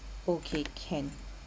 okay can